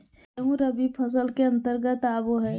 गेंहूँ रबी फसल के अंतर्गत आबो हय